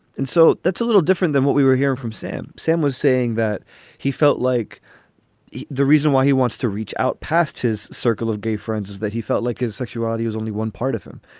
and so that's a little different than what we were hearing from sam. sam was saying that he felt like the reason why he wants to reach out past his circle of gay friends is that he felt like his sexuality was only one part of him.